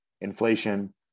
inflation